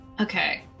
Okay